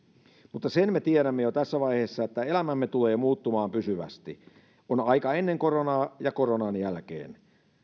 mutta sen me tiedämme jo tässä vaiheessa että elämämme tulee muuttumaan pysyvästi on aika ennen koronaa ja koronan jälkeen